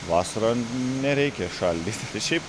vasarą nereikia šaldyt ir šiaip